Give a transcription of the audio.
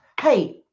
hey